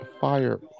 Fire